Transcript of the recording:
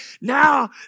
Now